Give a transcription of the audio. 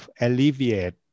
alleviate